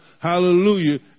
hallelujah